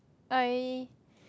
I